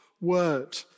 word